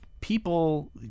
people